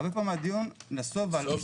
הרבה פעמים הדיון נסוב על מספר אנשים ---